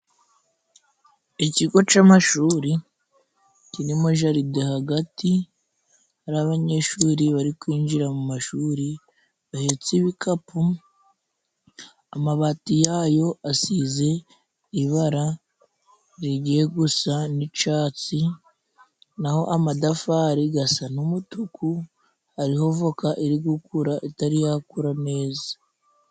Ikigo c'amashuri kirimo jaride hagati, hari abanyeshuri bari kwinjira mu mashuri bahetse ibikapu, amabati yayo asize ibara rigiye gusa n'icatsi naho amadafari gasa n'umutuku, hariho voka iri gukura itari yakura neza.